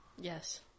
Yes